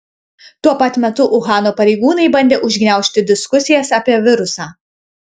tuo pat metu uhano pareigūnai bandė užgniaužti diskusijas apie virusą